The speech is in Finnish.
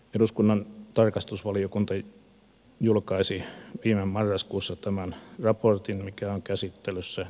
eduskunnan tarkastusvaliokunta julkaisi viime marraskuussa tämän raportin mikä on käsittelyssä